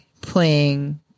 playing